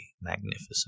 magnificent